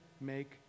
make